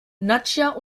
nadja